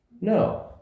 No